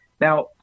Now